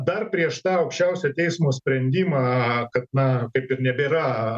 dar prieš tą aukščiausio teismo sprendimą kad na kaip ir nebėra